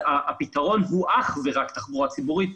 הפתרון הוא אך ורק תחבורה ציבורית.